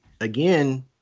again